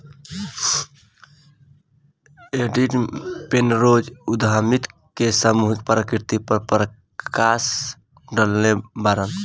Edith Penrose उद्यमिता के सामूहिक प्रकृति पर प्रकश डलले बाड़न